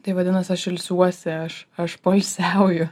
tai vadinas aš ilsiuosi aš aš poilsiauju